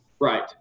Right